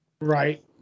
Right